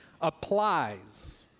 applies